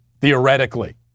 Theoretically